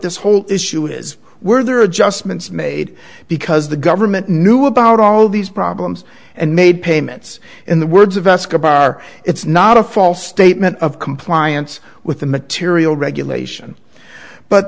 this whole issue is were there adjustments made because the government knew about all these problems and made payments in the words of escobar it's not a false statement of compliance with the material regulation but